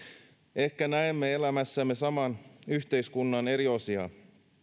ehkä näemme elämässämme saman yhteiskunnan eri osia